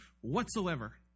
whatsoever